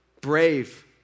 Brave